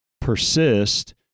persist